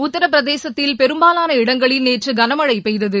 உத்தரபிரதேசத்தில் பெரும்பாலான இடங்களில் நேற்று கனமழை பெய்தது